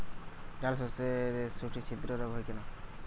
ডালশস্যর শুটি ছিদ্র রোগ হয় কেন?